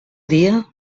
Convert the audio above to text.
dia